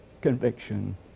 conviction